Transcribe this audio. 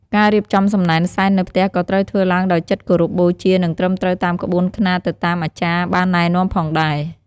ការរៀបចំសំណែនសែននៅផ្ទះក៏ត្រូវធ្វើឡើងដោយចិត្តគោរពបូជា និងត្រឹមត្រូវតាមក្បួនខ្នាតទៅតាមអាចារ្យបានណែនាំផងដែរ។